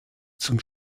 zum